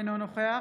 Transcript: אינו נוכח